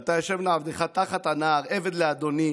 ועתה יֵשב נא עבדך תחת הנער עבד לאדֹנִי